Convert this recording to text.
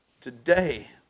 Today